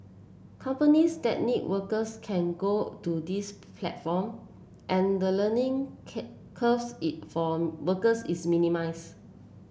companies that need workers can go to this platform and the learning is minimize